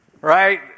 right